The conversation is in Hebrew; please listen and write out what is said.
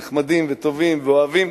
הם נחמדים וטובים ואוהבים.